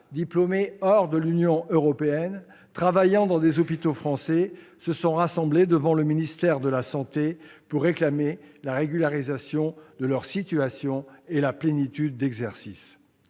diplômés hors de l'Union européenne travaillant dans des hôpitaux français se sont rassemblés devant le ministère de la santé pour réclamer la régularisation de leur situation et la plénitude d'exercice.